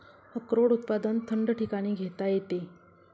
अक्रोड उत्पादन थंड ठिकाणी घेता येते